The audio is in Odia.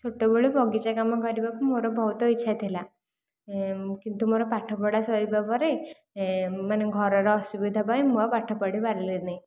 ଛୋଟ ବେଳୁ ବଗିଚା କାମ କରିବାକୁ ମୋର ବହୁତ ଇଚ୍ଛା ଥିଲା କିନ୍ତୁ ମୋର ପାଠ ପଢ଼ା ସରିବା ପରେ ମାନେ ଘରର ଅସୁବିଧା ପାଇଁ ମୁ ଆଉ ପାଠ ପଢ଼ିପାରିଲିନାହିଁ